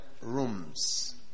rooms